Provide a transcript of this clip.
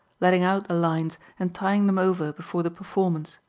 letting out the lines and tying them over before the performance.